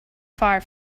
far